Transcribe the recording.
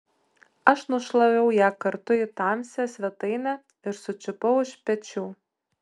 aš nušlaviau ją kartu į tamsią svetainę ir sučiupau už pečių